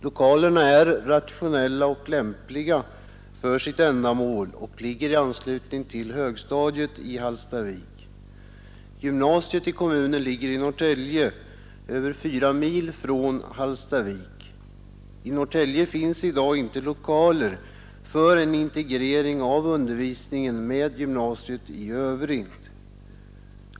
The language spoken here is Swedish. Lokalerna är rationella och lämpliga för sitt ändamål och ligger i anslutning till högstadiet i Hallstavik. Gymnasiet i kommunen ligger i Norrtälje, över 4 mil från Hallstavik. I Norrtälje finns i dag inte lokaler för en inte grering av undervisningen med gymnasiet i övrigt.